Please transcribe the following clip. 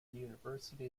university